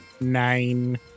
Nine